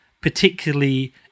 particularly